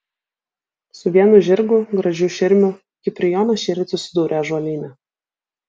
su vienu žirgu gražiu širmiu kiprijonas šįryt susidūrė ąžuolyne